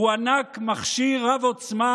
הוענק מכשיר רב עוצמה,